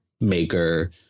maker